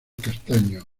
castaño